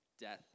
death